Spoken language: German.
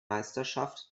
meisterschaft